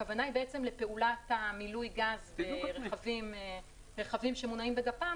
הכוונה היא לפעולת מילוי הגז ברכבים שמונעים בגפ"מ